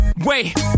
Wait